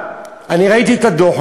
ראיתי את הדוח,